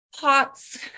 pots